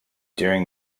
during